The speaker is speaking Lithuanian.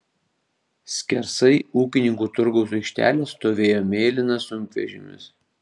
skersai ūkininkų turgaus aikštelės stovėjo mėlynas sunkvežimis